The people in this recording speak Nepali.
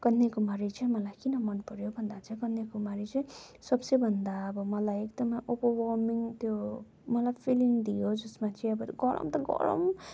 कन्याकुमारी चाहिँ मलाई किन मन पऱ्यो भन्दा चाहिँ कन्याकुमारी चाहिँ सब से भन्दा अब मलाई एकदम ओभर वार्मिङ त्यो मलाई फिलिङ दियो जसमा चाहिँ अब गरम त गरम